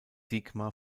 sigma